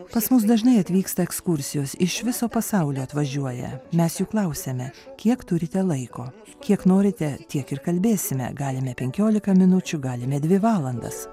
pas mus dažnai atvyksta ekskursijos iš viso pasaulio atvažiuoja mes jų klausiame kiek turite laiko kiek norite tiek ir kalbėsime galime penkiolika minučių galime dvi valandas